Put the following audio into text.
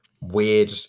weird